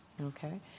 Okay